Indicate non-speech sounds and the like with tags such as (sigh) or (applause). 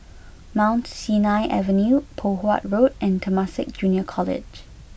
(noise) Mount Sinai Avenue Poh Huat Road and Temasek Junior College